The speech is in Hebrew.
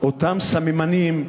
אותם סממנים,